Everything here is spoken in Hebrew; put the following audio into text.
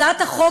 עיון בהצעת החוק